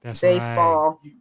baseball